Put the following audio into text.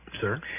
Sir